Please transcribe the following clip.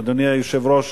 אדוני היושב-ראש,